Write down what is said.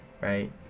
right